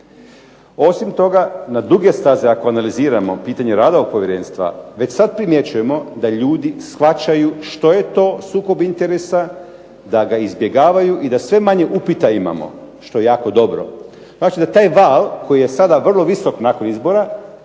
Osim toga na duge staze ako analiziramo pitanje rada ovog povjerenstva, već sad primjećujemo da i ljudi shvaćaju što je to sukob interesa, da ga izbjegavaju i da sve manje upita imamo što je jako dobro, …/Ne razumije se./… da taj val koji je sada vrlo visok nakon izbora